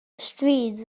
stryd